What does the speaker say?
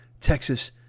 Texas